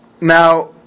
Now